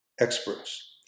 experts